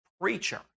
preacher